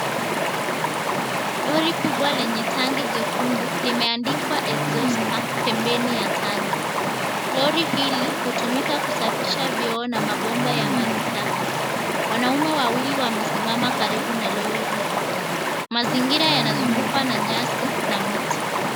Lori kubwa lenye tangi jekundu imeandikwa, "Exhauster" pembeni ya tangi. Lori hili hutumika kusafisha vioo na mabomba ya maji taka. Wanaume wawili wamesimama karibu na lori hii. Mazingira yanazungukwa na nyasi na miti.